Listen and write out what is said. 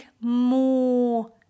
more